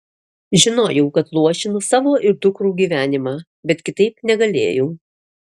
žinojau kad luošinu savo ir dukrų gyvenimą bet kitaip negalėjau